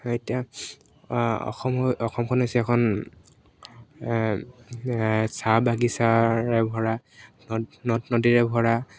এতিয়া অসমখন অসমখন হৈছে এখন চাহ বাগিচাৰে ভৰা নদ নদ নদীৰে ভৰা